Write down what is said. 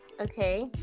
Okay